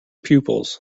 pupils